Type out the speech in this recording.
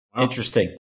Interesting